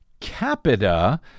Capita